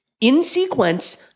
in-sequence